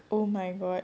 oh my god